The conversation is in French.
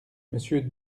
monsieur